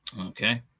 Okay